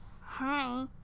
Hi